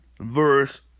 verse